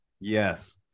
Yes